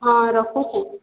ହଁ ରଖୁଛି